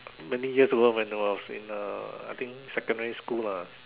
many years ago when I was in uh I think secondary school lah